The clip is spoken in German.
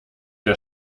der